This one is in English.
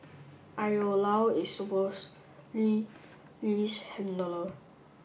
Io Lao is supposedly Lee's handler